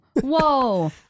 whoa